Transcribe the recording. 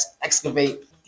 excavate